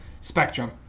spectrum